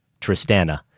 Tristana